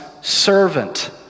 servant